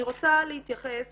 אני רוצה להתייחס